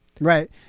Right